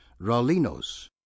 Ralinos